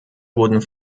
wurden